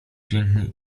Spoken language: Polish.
pięknie